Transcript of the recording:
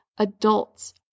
adults